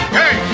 hey